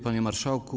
Panie Marszałku!